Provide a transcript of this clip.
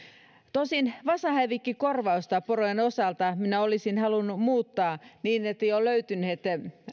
tosin vasahävikkikorvausta porojen osalta minä olisin halunnut muuttaa niin että jo löytyneet